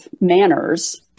manners